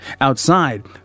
Outside